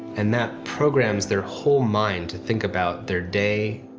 and that programs their whole mind to think about their day,